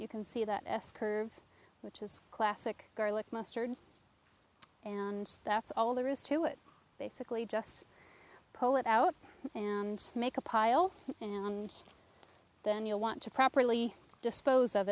you can see that s curve which is classic garlic mustard and that's all there is to it basically just pull it out and make a pile and then you want to properly dispose of